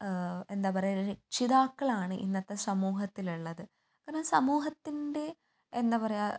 എന്താ പറയുക രക്ഷിതാക്കളാണ് ഇന്നത്തെ സമൂഹത്തിലുള്ളത് കാരണം സമൂഹത്തിൻ്റെ എന്താ പറയുക